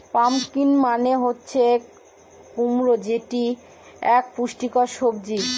pumpkin মানে হচ্ছে কুমড়ো যেটি এক পুষ্টিকর সবজি